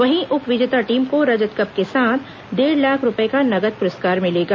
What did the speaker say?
वहीं उप विजेता टीम को रजत कप के साथ डेढ़ लाख रूपये का नगद पुरस्कार मिलेगा